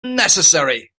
necessary